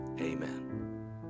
amen